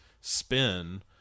spin